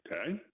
Okay